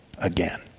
again